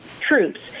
troops